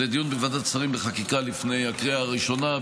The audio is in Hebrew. לדיון בוועדת השרים לחקיקה לפני הקריאה הראשונה.